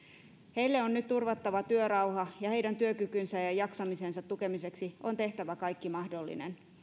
heille on nyt turvattava työrauha ja heidän työkykynsä ja ja jaksamisensa tukemiseksi on tehtävä kaikki mahdollinen